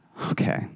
Okay